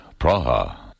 Praha